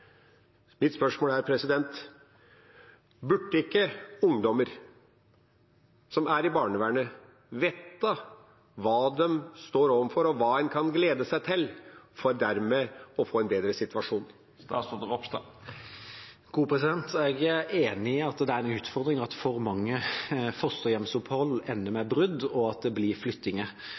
Mitt spørsmål er: Burde ikke ungdommer som er i barnevernet, vite hva de står overfor, og hva de kan glede seg til, for dermed å få en bedre situasjon? Jeg er enig i at det er en utfordring at for mange fosterhjemsopphold ender med brudd, og at det blir flyttinger.